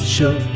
Show